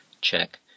Check